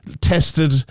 tested